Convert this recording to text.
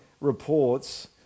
reports